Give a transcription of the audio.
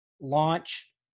launch